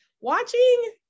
watching